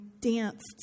danced